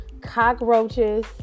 cockroaches